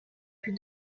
plus